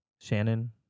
Shannon